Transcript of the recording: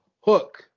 Hook